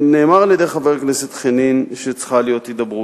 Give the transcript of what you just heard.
נאמר על-ידי חבר הכנסת חנין שצריכה להיות הידברות.